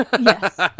Yes